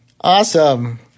Awesome